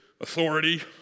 authority